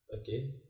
okay